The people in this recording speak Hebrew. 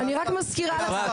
אני רק מזכירה לך.